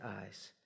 eyes